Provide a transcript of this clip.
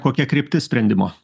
kokia kryptis sprendimo